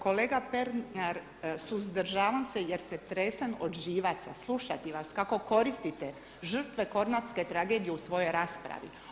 Kolega Pernar suzdržavam se jer se tresem od živaca slušati vas kako koristite žrtve Kornatske tragedije u svojoj raspravi.